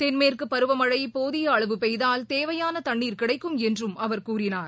தென்மேற்குப் பருவமனழ போதிய அளவு பெய்தால் தேவையான தண்ணீர் கிடைக்கும் என்றும் அவர் கூறினார்